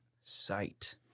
sight